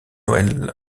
noël